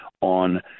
on